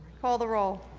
call the roll.